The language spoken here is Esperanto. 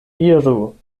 iru